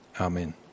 Amen